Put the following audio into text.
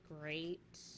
Great